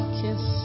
kiss